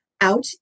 out